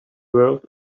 world